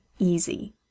easy